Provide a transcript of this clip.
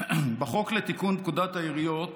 בחוק לתיקון פקודת העיריות